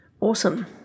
Awesome